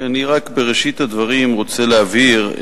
בראשית הדברים אני רק רוצה להבהיר,